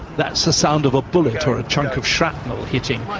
that's the sound of a bullet or a chunk of shrapnel hitting,